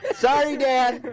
and sorry, dad